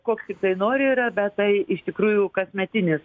koks tiktai nori yra bet tai iš tikrųjų kasmetinis